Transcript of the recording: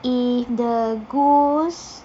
if the ghosts